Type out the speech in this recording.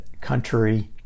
country